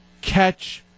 catch